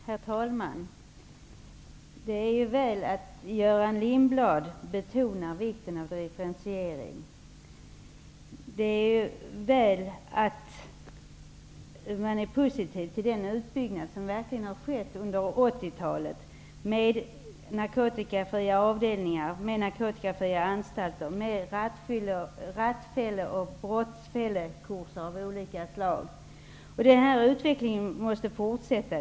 Herr talman! Det är väl att Göran Lindblad betonar vikten av differentiering. Det är väl att man är positiv till den utbyggnad som verkligen har skett under 80-talet med narkotikafria avdelningar, narkotikafria anstalter och kurser om rattfylleri och andra brott. Det är helt klart att den utvecklingen måste fortsätta.